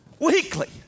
weekly